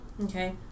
Okay